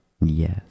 Yes